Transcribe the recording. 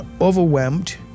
overwhelmed